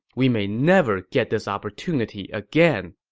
we may never get this opportunity again.